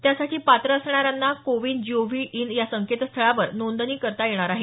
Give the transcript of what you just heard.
त्यासाठी पात्र असणाऱ्यांना कोविन जीओव्ही इन या संकेतस्थळावर नोंदणी करता येणार आहे